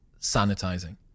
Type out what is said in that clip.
sanitizing